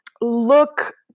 look